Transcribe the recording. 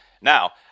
Now